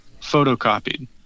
photocopied